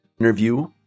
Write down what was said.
interview